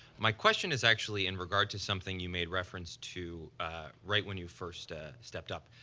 my question is actually in regard to something you made reference to right when you first ah stepped up.